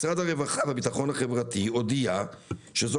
משרד הרווחה והביטחון החברתי הודיע שזו